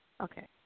Okay